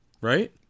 right